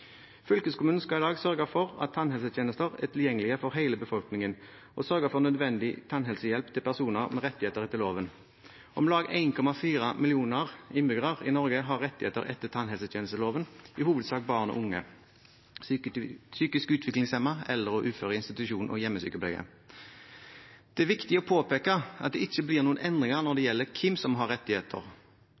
Fylkeskommunen skal i dag sørge for at tannhelsetjenester er tilgjengelig for hele befolkningen og sørge for nødvendig tannhelsehjelp til personer med rettigheter etter loven. Om lag 1,4 millioner innbyggere i Norge har rettigheter etter tannhelsetjenesteloven, i hovedsak barn og unge, psykisk utviklingshemmede, eldre og uføre i institusjon og hjemmesykepleie. Det er viktig å påpeke at det ikke blir noen endringer når det gjelder hvem som har rettigheter.